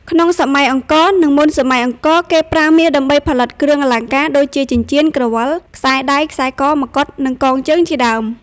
ក្នុងសម័យអង្គរនឹងមុនសម័យអង្គរ គេប្រើមាសដើម្បីផលិតគ្រឿងអលង្ការដូចជាចិញ្ចៀន ក្រវិល ខ្សែដៃ ខ្សែក ម្កុដ និងកងជើងជាដើម។